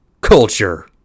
culture